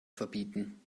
verbieten